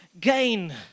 gain